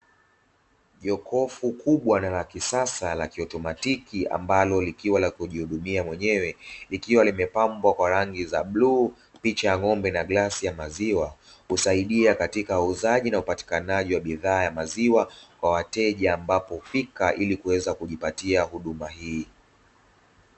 Jokufu kubwa na la kisasa la kiautomatiki ambalo likiwa la kujihudumia mwenyewe likiwa limepambwa kwa rangi za bluu, picha ya ng'ombe na glasi ya maziwa, husaidia katika uuzaji na upatikanaji wa bidhaa ya maziwa kwa wateja ambapo hufika ili kuweza kujipatia huduma hii.